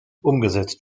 umgesetzt